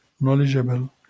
knowledgeable